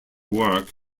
work